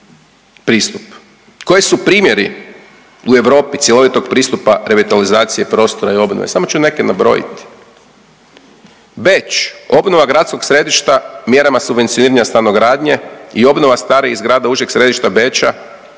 Koji su primjeri u Europi cjelovitog pristupa revitalizacije prostora i obnove samo ću neke nabrojiti. Beč, obnova gradskog središta mjerama subvencioniranja stanogradnje i obnova starijih zgrada užeg središta Beča,